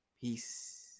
Peace